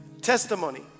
testimony